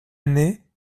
année